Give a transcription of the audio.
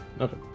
Okay